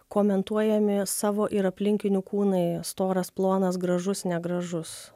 komentuojami savo ir aplinkinių kūnai storas plonas gražus negražus